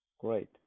Great